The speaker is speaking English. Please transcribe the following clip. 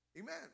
Amen